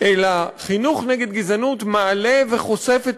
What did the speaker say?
אלא חינוך נגד גזענות מעלה וחושף את